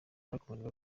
bakomeje